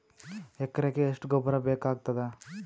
ಎಕರೆಗ ಎಷ್ಟು ಗೊಬ್ಬರ ಬೇಕಾಗತಾದ?